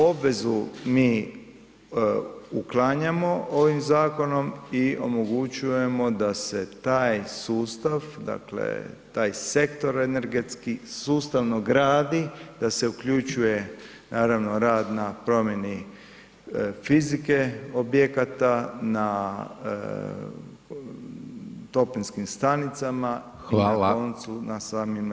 Obvezu mi uklanjamo ovim zakonom i omogućujemo da se taj sustav, dakle taj sektor energetski sustavno gradi, da se uključuje naravno rad na promjeni fizike objekata, na toplinskim stanicama [[Upadica: Hvala.]] i na koncu na samim